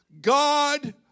God